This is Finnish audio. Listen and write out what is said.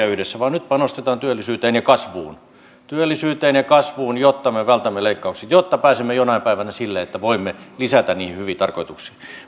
yhdessä vaan nyt panostetaan työllisyyteen ja kasvuun työllisyyteen ja kasvuun jotta me me vältämme leikkaukset jotta pääsemme jonain päivänä siihen että voimme lisätä rahaa niihin hyviin tarkoituksiin